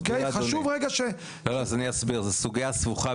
זו סוגייה סבוכה,